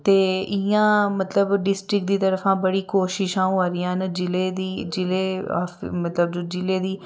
ते इ'यां मतलब डिस्टिक दी तरफा बड़ी कोशिशां होआ दियां न जि'ले दी जि'ले आसै मतलब जिले दी